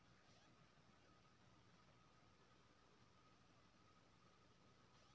ऋण चुकता करै के लेल हमरा हरेक महीने आबै परतै कि आहाँ खाता स अपने काटि लेबै?